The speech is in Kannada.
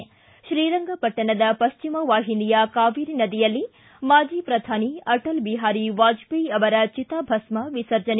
ಿ ಶ್ರೀರಂಗಪಟ್ಟಣದ ಪಶ್ಚಿಮವಾಹಿನಿಯ ಕಾವೇರಿ ನದಿಯಲ್ಲಿ ಮಾಜಿ ಪ್ರಧಾನಿ ಅಟಲ್ ಬಿಹಾರಿ ವಾಜಪೇಯಿ ಅವರ ಚಿತಾಭಸ್ನ ವಿಸರ್ಜನೆ